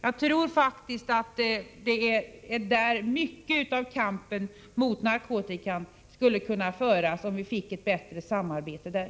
Om vi fick ett bättre samarbete mellan kriminalvård och socialtjänst tror jag att en stor del av kampen mot narkotikan skulle kunna föras där.